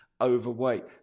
overweight